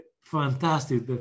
Fantastic